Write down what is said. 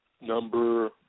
Number